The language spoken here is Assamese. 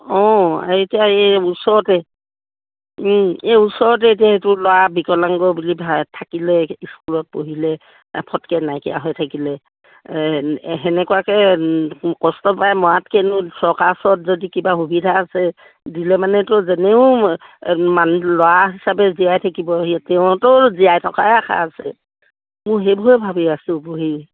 অঁ এতিয়া এই ওচৰতে এই ওচৰতে এতিয়া এইটো ল'ৰা বিকলাংগ বুলি থাকিলে স্কুলত পঢ়িলে ফটকে নাইকিয়া হৈ থাকিলে সেনেকুৱাকে কষ্ট পায় মৰাত কেনো চৰকাৰৰ ওচৰত যদি কিবা সুবিধা আছে দিলে মানেতো যেনেও ল'ৰা হিচাপে জীয়াই থাকিব সি তেওঁতো জীয়াই থকাই আশা আছে মোৰ সেইবোৰে ভাবি আছোঁ বহি